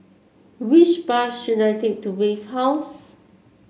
which bus should I take to Wave House